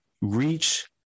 reach